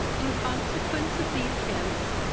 in consequence of these hints,